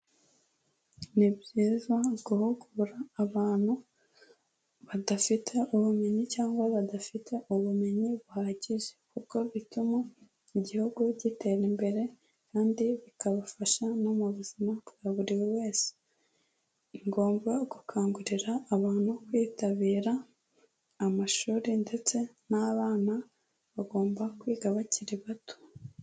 Ni byiza guhugura abantu badafite ubumenyi cyangwa badafite ubumenyi buhagije. Kuko bituma igihugu gitera imbere, kandi bikabafasha no mu buzima bwa buri wese. Ni ngombwa gukangurira abantu kwitabira amashuri, ndetse n'abana bagomba kwiga bakiri bato.